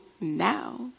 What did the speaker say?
now